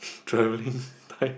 travelling time